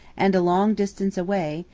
and a long distance away,